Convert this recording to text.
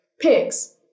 Pigs